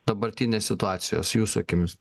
dabartinės situacijos jūsų akimis